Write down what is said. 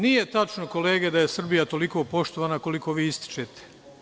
Nije tačno, kolege, da je Srbija toliko poštovana koliko vi ističete.